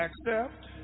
Accept